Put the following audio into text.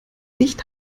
nicht